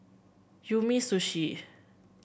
Umisushi